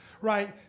right